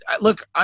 look